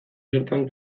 zertan